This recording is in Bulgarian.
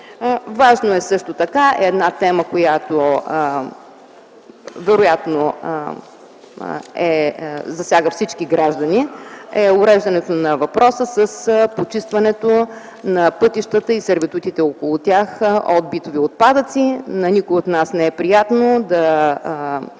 така е важна една тема, която вероятно засяга всички граждани. Това е уреждането на въпроса с почистването на пътищата и сервитутите около тях от битови отпадъци. На никой от нас не е приятна